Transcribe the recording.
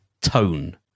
tone